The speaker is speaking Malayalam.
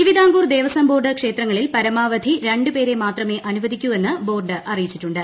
തിരുവിതാംകൂർ ദേവസ്വം ബോർഡ് ക്ഷേത്രങ്ങളിൽ പരമാവധി രണ്ട് പേരെ മാത്രമേ അനുവദിക്കൂ എന്ന് ബോർഡ് അറിയിച്ചിട്ടുണ്ട്